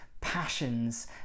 passions